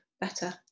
better